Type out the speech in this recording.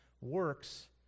works